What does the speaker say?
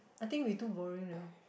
I think we too boring liao